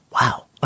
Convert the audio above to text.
wow